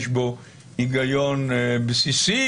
יש בו היגיון בסיסי,